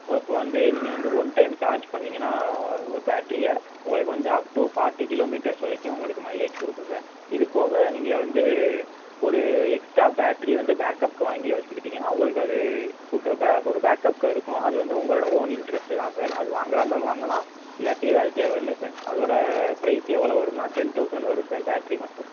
ஓ இப்போ வந்து நீங்கள் வந்து ஒன் டைம் சார்ஜ் பண்ணீங்கன்னால் ஒரு பேட்ரியை உங்களுக்கு வந்து up to forty kilometres வரைக்கும் உங்களுக்கு மைலேஜ் கொடுக்கும் சார் இதுபோக நீங்கள் வந்து ஒரு எக்ஸ்ட்ரா பேட்ரி வந்து பேக்கப்க்கு வாங்கி வச்சிக்கிட்டிங்கன்னா உங்களுக்கு அது சூட் ஒரு பேக்கப்காக இருக்கும் அது வந்து உங்களோடய ஓன் இன்ட்ரெஸ்ட்டு தான் சார் அது வாங்குகிறதா இருந்தாலும் வாங்கலாம் இல்லாட்டி அது தேவயில்லை சார் அதோடய பிரைஸ் எவ்வளோ வரும்னா டென் தௌசண்ட் வரும் சார் பேட்ரி மட்டும்